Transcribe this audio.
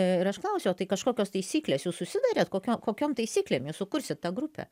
ir aš klausiau o tai kažkokios taisyklės jūs susitarėt kokiom taisyklėm jūs sukursit tą grupę